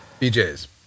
BJ's